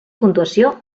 puntuació